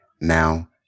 Now